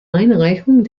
einreichung